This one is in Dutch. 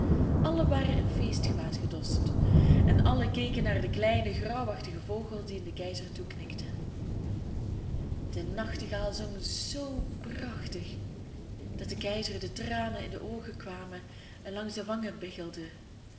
allen waren in feestgewaad gedost en allen keken naar den kleinen grauwachtigen vogel dien de keizer toeknikte de nachtegaal zong zoo prachtig dat den keizer de tranen in de oogen kwamen en langs de wangen biggelden